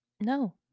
No